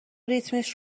ریتمش